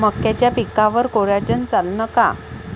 मक्याच्या पिकावर कोराजेन चालन का?